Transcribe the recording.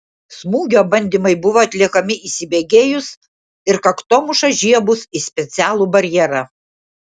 smūgio bandymai buvo atliekami įsibėgėjus ir kaktomuša žiebus į specialų barjerą